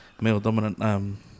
male-dominant